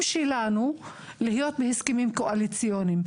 שלנו צריך להיות בהסכמים קואליציוניים.